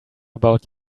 about